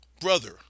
brother